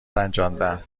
رنجاندن